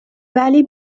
ولی